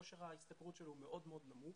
כושר ההשתכרות שלו הוא מאוד מאוד נמוך.